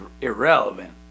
irrelevant